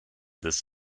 this